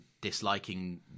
disliking